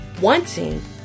wanting